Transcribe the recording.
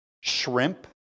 shrimp